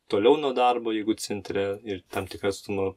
toliau nuo darbo jeigu centre ir tam tikrą atstumą